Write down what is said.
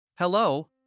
Hello